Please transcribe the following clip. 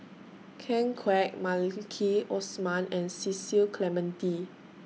Ken Kwek Maliki Osman and Cecil Clementi